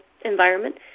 environment